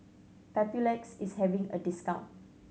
Papulex is having a discount